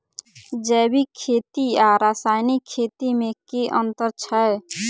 जैविक खेती आ रासायनिक खेती मे केँ अंतर छै?